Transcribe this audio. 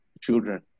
children